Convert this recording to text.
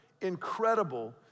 incredible